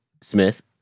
Smith